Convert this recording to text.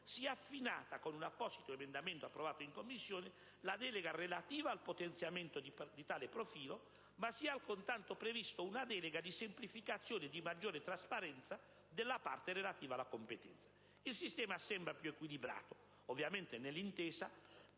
si è affinata, con un apposito emendamento approvato in Commissione, la delega relativa al potenziamento di tale profilo, ma si è al contempo prevista anche una delega di semplificazione e di maggiore trasparenza della parte relativa alla competenza. Il sistema sembra più equilibrato, ovviamente nell'intesa